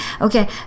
okay